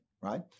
Right